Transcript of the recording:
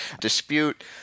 dispute